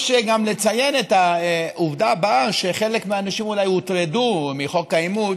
יש לציין גם את העובדה שחלק מהאנשים אולי הוטרדו מחוק האימוץ,